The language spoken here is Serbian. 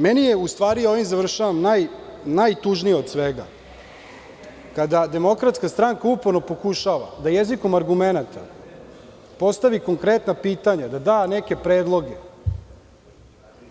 Meni je najtužnije od svega, kada DS uporno pokušava da jezikom argumenata postavi konkretna pitanja i da da neke predloge,